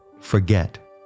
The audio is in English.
forget